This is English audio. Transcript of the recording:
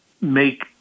make